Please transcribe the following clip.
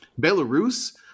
belarus